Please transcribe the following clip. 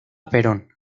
perón